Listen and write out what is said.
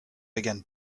began